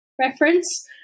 Reference